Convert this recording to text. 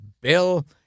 Bill